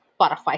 spotify